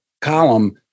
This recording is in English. column